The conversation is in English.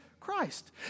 Christ